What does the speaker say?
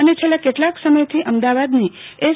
અને છેલ્લાં કેટલાંક સમયથી અમદાવાદની એસ